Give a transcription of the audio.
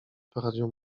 poradził